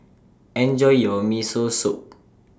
Enjoy your Miso Soup